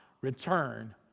return